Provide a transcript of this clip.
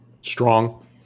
strong